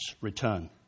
return